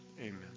amen